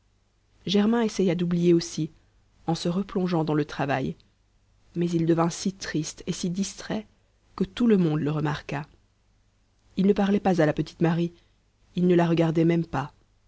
germain essaya d'oublier aussi en se replongeant dans le travail mais il devint si triste et si distrait que tout le monde le remarqua il ne parlait pas à la petite marie il ne la regardait même pas